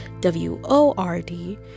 W-O-R-D